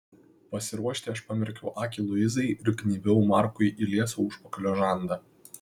pasiruošti aš pamerkiau akį luizai ir gnybiau markui į liesą užpakalio žandą